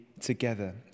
together